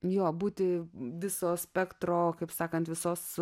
juo būti viso spektro kaip sakant visos